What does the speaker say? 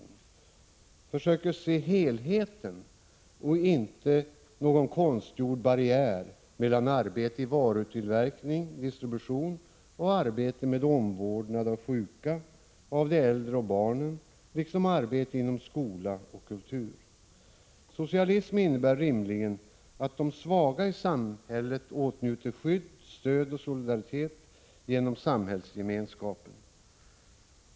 Den försöker se helheten och sätter inte upp någon konstgjord barriär mellan å ena sidan arbete i varutillverkning och distribution och å andra sidan arbete med omvårdnad av sjuka, äldre och barn liksom arbete inom skola och kultur. Socialism innebär rimligen att de svaga i samhället åtnjuter skydd, stöd och solidaritet genom samhällsgemenskapen.